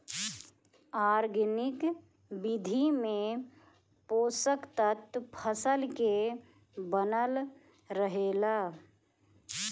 organic विधि में पोषक तत्व फसल के बनल रहेला